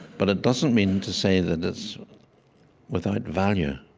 but it doesn't mean to say that it's without value.